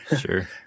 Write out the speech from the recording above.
Sure